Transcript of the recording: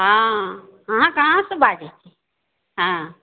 हँ अहाँ कहाँसँ बाजै छी हँ